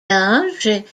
village